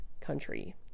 country